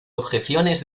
objeciones